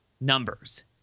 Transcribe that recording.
numbers